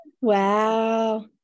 Wow